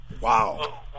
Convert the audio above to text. Wow